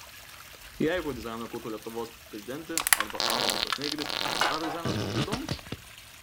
jeigu dizainą kurtų lietuvos prezidentė arba arnoldas švarcnegeris ar dizainas būtų įdomus